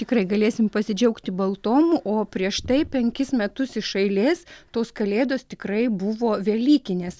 tikrai galėsim pasidžiaugti baltom o prieš tai penkis metus iš eilės tos kalėdos tikrai buvo velykinės